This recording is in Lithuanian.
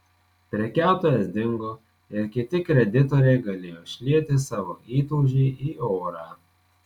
prekiautojas dingo ir kiti kreditoriai galėjo išlieti savo įtūžį į orą